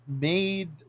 made